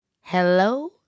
Hello